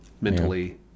mentally